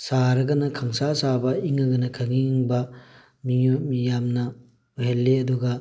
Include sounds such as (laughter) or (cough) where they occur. ꯁꯥꯔꯒꯅ ꯈꯪꯁꯥ ꯁꯥꯕ ꯏꯪꯉꯒꯅ ꯈꯪꯏꯪ ꯏꯪꯕ (unintelligible) ꯌꯥꯝꯅ ꯑꯣꯏꯍꯜꯂꯤ ꯑꯗꯨꯒ